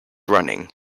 running